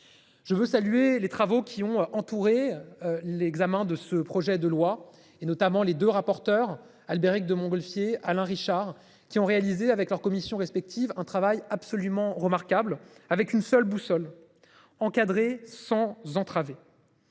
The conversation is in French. Je veux saluer les travaux qui ont entouré l'examen de ce projet de loi, et notamment les deux rapporteurs Albéric de Montgolfier Alain Richard qui ont réalisé avec leurs commissions respectives. Un travail absolument remarquable avec une seule boussole encadré sans entraver.